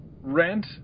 rent